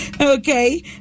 Okay